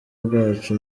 bwacu